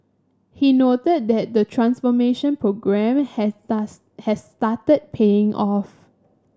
he noted that the transformation programme has starts has started paying off